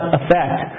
effect